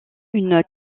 une